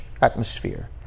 atmosphere